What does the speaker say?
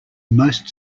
most